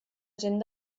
gent